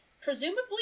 presumably